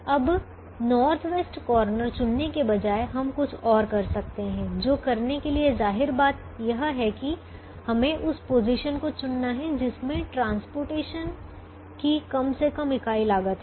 अब north west corner चुनने के बजाय हम कुछ और कर सकते हैं जो करने के लिए ज़ाहिर बात यह है कि हमे उस पोजीशन को चुनना है जिसमें परिवहन की कम से कम इकाई लागत है